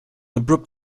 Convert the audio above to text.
abrupt